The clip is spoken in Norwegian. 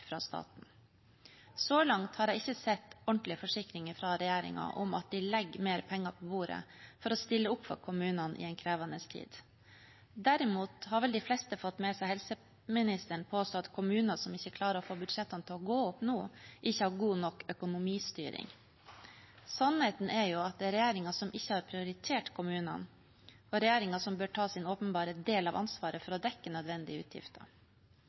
fra staten. Så langt har jeg ikke sett ordentlige forsikringer fra regjeringen om at de legger mer penger på bordet for å stille opp for kommunene i en krevende tid. Derimot har vel de fleste fått med seg at helseministeren påsto at kommuner som ikke klarer å få budsjettene til å gå opp nå, ikke har god nok økonomistyring. Sannheten er jo at det er regjeringen som ikke har prioritert kommunene, og regjeringen som bør ta sin åpenbare del av ansvaret for å dekke nødvendige utgifter.